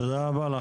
תודה רבה.